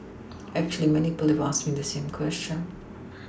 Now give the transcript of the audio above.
actually many people have asked me the same question